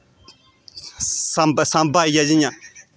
साम्बा साम्बा आई गेआ जि'यां